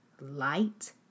light